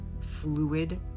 fluid